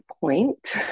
point